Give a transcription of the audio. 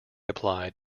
applied